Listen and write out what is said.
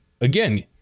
again